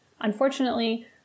unfortunately